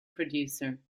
producer